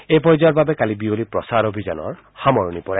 এই পৰ্যায়ৰ বাবে কালি বিয়লি প্ৰচাৰ অভিযানৰ সামৰণি পৰে